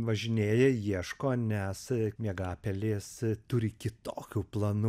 važinėja ieško nes miegapelės turi kitokių planų